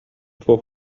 for